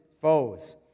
foes